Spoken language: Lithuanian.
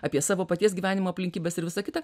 apie savo paties gyvenimo aplinkybes ir visa kita